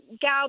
gal